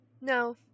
No